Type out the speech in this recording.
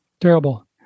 terrible